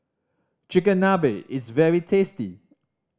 chigenabe is very tasty